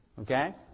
Okay